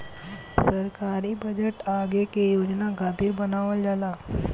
सरकारी बजट आगे के योजना खातिर बनावल जाला